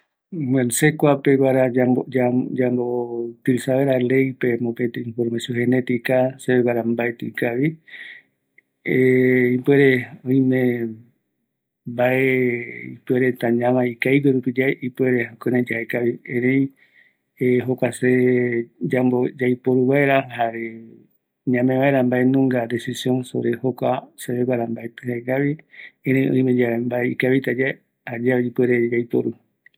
Mbaetɨ ikavi yaiporu vaera kua oyeapo vaera mborokuaiguaju, kuako mopetï mba, kuñareta guinoï jare mbaetita oyekuauka ambuaevaretape, mbatɨko ikavi tei, erëï oimeko aipo oyeapoma yaikuambaereve